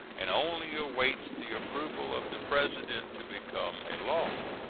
and only awaits the approval of the president to become a law.